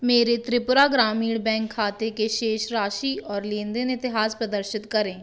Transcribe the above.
मेरे त्रिपुरा ग्रामीण बैंक खाते की शेष राशि और लेनदेन इतिहास प्रदर्शित करें